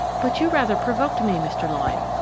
but you rather provoked me, mr. lyne.